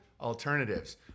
alternatives